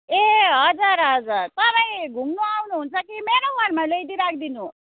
ए हजुर हजुर तपाईँ घुम्नु आउनुहुन्छ कि मेरै घरमा ल्याइदिइ राखिदिनु